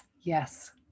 Yes